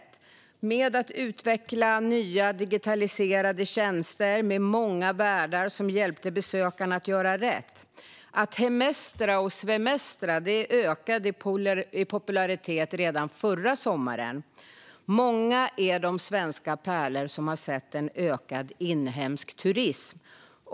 Det gjorde man genom att utveckla nya, digitala tjänster och genom att ha många värdar som hjälpte besökarna att göra rätt. Att hemestra och svemestra ökade i popularitet redan förra sommaren. Många är de svenska pärlor som sett en ökad inhemsk turism.